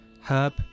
Herb